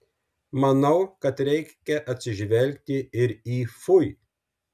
manau kad reikia atsižvelgti ir į fui